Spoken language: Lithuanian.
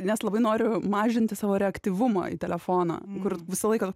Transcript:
nes labai noriu mažinti savo reaktyvumą į telefoną kur visą laiką